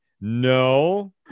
no